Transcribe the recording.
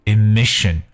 Emission